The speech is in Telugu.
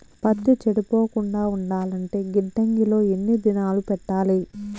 పత్తి చెడిపోకుండా ఉండాలంటే గిడ్డంగి లో ఎన్ని దినాలు పెట్టాలి?